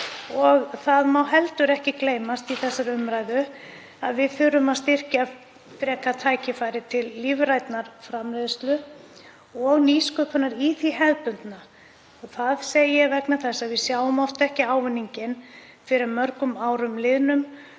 og það má heldur ekki gleymast í þessari umræðu að við þurfum að styrkja frekar tækifæri til lífrænnar framleiðslu og nýsköpunar í þeirri hefðbundnu. Það segi ég vegna þess að við sjáum oft ekki ávinninginn fyrr en að mörgum árum liðnum